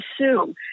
assume